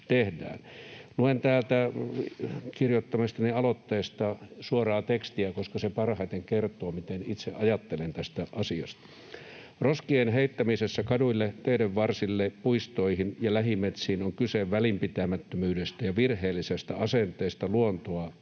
Luen täältä kirjoittamastani aloitteesta suoraa tekstiä, koska se parhaiten kertoo, miten itse ajattelen tästä asiasta: ”Roskien heittämisessä kaduille, teiden varsille, puistoihin ja lähimetsiin on kyse välinpitämättömyydestä ja virheellisestä asenteesta luontoa